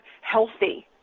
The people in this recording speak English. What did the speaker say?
healthy